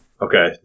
okay